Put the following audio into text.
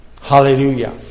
Hallelujah